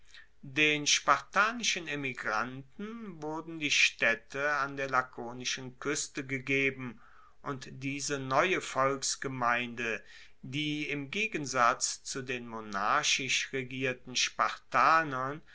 den spartanischen emigranten wurden die staedte an der lakonischen kueste gegeben und diese neue volksgemeinde die im gegensatz zu den monarchisch regierten spartanern